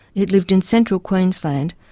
it lived in central queensland,